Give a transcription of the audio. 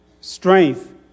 Strength